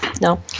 No